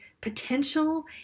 potential